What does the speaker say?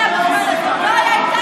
איפה בנט היה בזמן הזה, הוא לא היה איתנו?